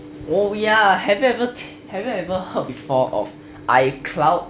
oh ya have you ever have you ever heard before of icloud